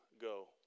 go